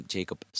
Jacob